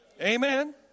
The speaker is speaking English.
Amen